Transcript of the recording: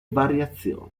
variazioni